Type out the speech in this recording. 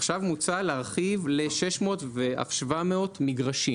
עכשיו מוצע להרחיב ל 700-600 מגרשים.